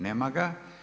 Nema ga.